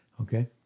Okay